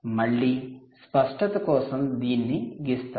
మళ్ళీ స్పష్టత కోసం దాన్ని గిస్తాను